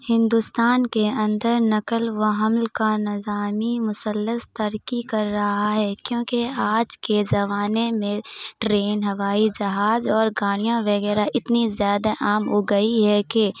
ہندوستان کے اندر نقل و حمل کا نظامی مسلث ترقی کر رہا ہے کیوںکہ آج کے زمانے میں ٹرین ہوائی جہاز اور گاڑیاں وغیرہ اتنی زیادہ عام ہو گئی ہے کہ